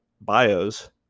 bios